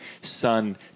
Son